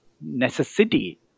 necessity